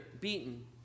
beaten